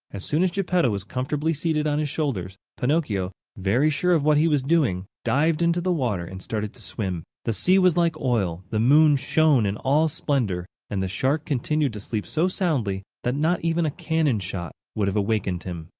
as soon as geppetto was comfortably seated on his shoulders, pinocchio, very sure of what he was doing, dived into the water and started to swim. the sea was like oil, the moon shone in all splendor, and the shark continued to sleep so soundly that not even a cannon shot would have awakened him.